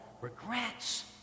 regrets